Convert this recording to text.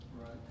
Right